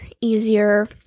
easier